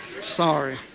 Sorry